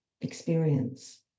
experience